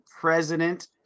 president